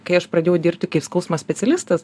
kai aš pradėjau dirbti kaip skausmas specialistas